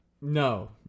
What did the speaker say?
No